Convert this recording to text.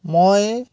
মই